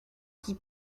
qui